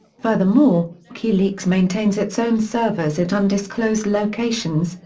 furthermore, wikileaks maintains its own servers at undisclosed locations,